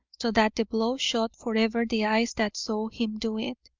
so that the blow shut forever the eyes that saw him do it.